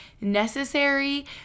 necessary